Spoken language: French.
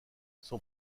son